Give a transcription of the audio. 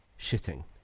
Shitting